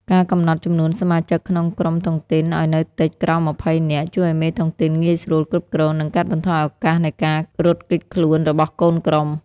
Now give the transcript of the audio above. ការកំណត់ចំនួនសមាជិកក្នុងក្រុមតុងទីនឱ្យនៅតិច (ក្រោម ២០ នាក់) ជួយឱ្យមេតុងទីនងាយស្រួលគ្រប់គ្រង និងកាត់បន្ថយឱកាសនៃការរត់គេចខ្លួនរបស់កូនក្រុម។